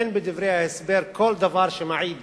אין בדברי ההסבר כל דבר שמעיד